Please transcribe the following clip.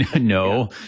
No